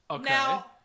Now